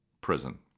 prison